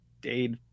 dade